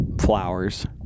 flowers